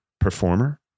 performer